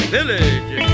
Village